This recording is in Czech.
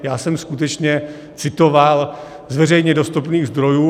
Já jsem skutečně citoval z veřejně dostupných zdrojů.